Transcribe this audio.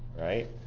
right